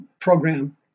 program